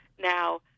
Now